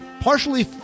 partially